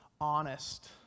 honest